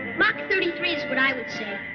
mach thirty three is what i would say.